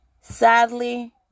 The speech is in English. sadly